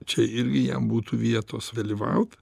čia irgi jam būtų vietos dalyvaut